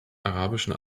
arabischen